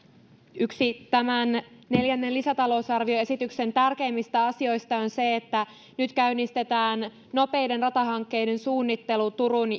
yksi tämän neljännen lisätalousarvioesityksen tärkeimmistä asioista on se että nyt käynnistetään nopeiden ratahankkeiden suunnittelu turun